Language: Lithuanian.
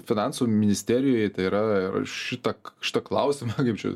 finansų ministerijoj tai yra šitą šitą klausimą kaip čia